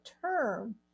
term